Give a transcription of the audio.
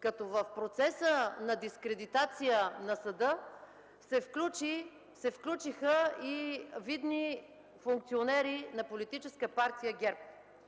като в процеса на дискредитация на съда се включиха и видни функционери на Политическа партия ГЕРБ.